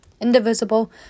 indivisible